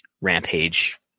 Rampage